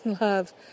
love